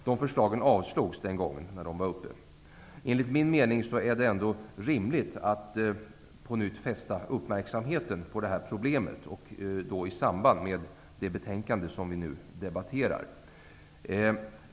De förslagen avslogs. Enligt min mening är det ändå rimligt att på nytt fästa uppmärksamheten på problemet i samband med det betänkande som vi nu debatterar.